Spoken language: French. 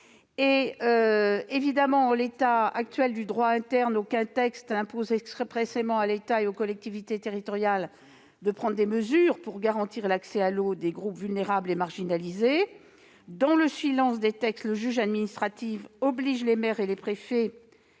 janvier 2023. En l'état actuel du droit interne, aucun texte n'impose expressément à l'État et aux collectivités territoriales de prendre des mesures pour garantir l'accès à l'eau des groupes de personnes vulnérables et marginalisées. Dans le silence des textes, le juge administratif oblige les maires et les préfets